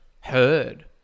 heard